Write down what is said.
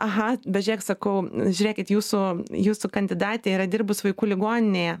aha bet žiūrėk sakau žiūrėkit jūsų jūsų kandidatė yra dirbus vaikų ligoninėje